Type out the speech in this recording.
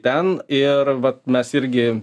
ten ir vat mes irgi